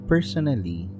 Personally